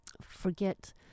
forget